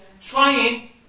trying